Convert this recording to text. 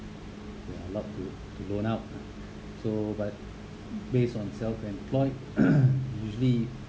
ya allowed to to loan up so but based on self employed usually